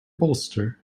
bolster